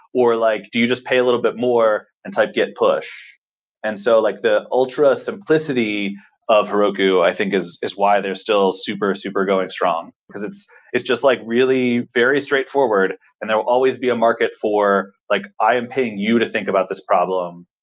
or like do you just pay a little bit more and type git-push? and so, like the ultra-simplicity of heroku i think is is why they're still super, super going strong, because it's it's just like really very straightforward and there will always be a market for like i a paying you to think about this problem.